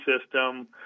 system